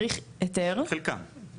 חלקם.